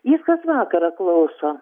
jis kas vakarą klauso